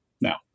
Now